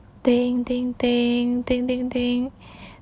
think think think think think think